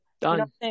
Done